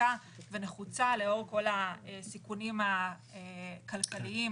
מצדיקה ונחוצה לאור כל הסיכונים הכלכליים